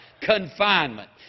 Confinement